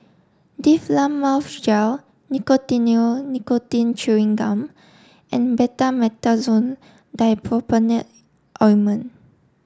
Difflam Mouth Gel Nicotinell Nicotine Chewing Gum and Betamethasone Dipropionate Ointment